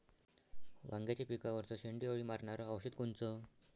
वांग्याच्या पिकावरचं शेंडे अळी मारनारं औषध कोनचं?